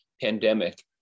pandemic